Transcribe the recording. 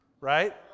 Right